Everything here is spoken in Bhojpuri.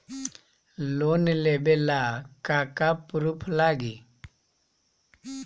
लोन लेबे ला का का पुरुफ लागि?